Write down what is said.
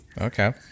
Okay